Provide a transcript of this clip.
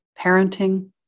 parenting